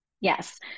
Yes